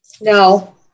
no